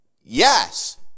Yes